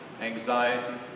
anxiety